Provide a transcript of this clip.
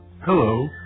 Hello